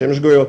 שהן שגויות.